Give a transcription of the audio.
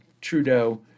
Trudeau